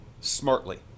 smartly